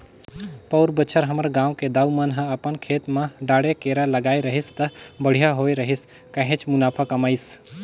पउर बच्छर हमर गांव के दाऊ मन ह अपन खेत म डांड़े केरा लगाय रहिस त बड़िहा होय रहिस काहेच मुनाफा कमाइस